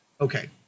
okay